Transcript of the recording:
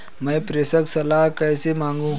मैं प्रेषण सलाह कैसे मांगूं?